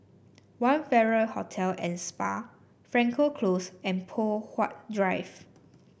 One Farrer Hotel and Spa Frankel Close and Poh Huat Drive